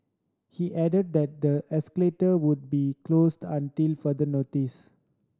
he added that the escalator would be closed until further notice